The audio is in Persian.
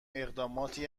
اقداماتی